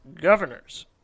governors